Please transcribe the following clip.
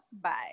Bye